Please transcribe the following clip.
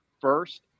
First